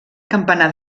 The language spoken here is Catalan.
campanar